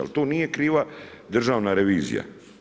Ali tu nije kriva Državna revizija.